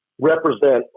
represent